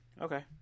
Okay